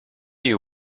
you